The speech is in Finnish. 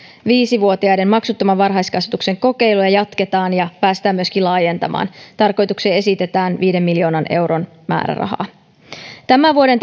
viisi vuotiaiden maksuttoman varhaiskasvatuksen kokeilua jatketaan ja päästään myöskin laajentamaan tarkoitukseen esitetään viiden miljoonan euron määrärahaa tämän vuoden